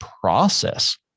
process